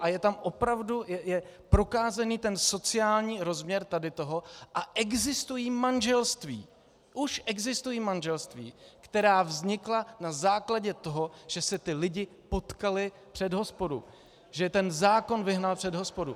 A je opravdu prokázán sociální rozměr tohoto a existují manželství, už existují manželství, která vznikla na základě toho, že se ti lidé potkali před hospodou, že je zákon vyhnal před hospodu.